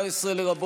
עלו